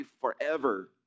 forever